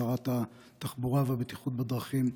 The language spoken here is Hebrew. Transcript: שרת התחבורה והבטיחות בדרכים,